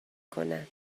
کنم